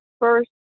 first